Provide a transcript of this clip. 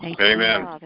Amen